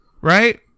right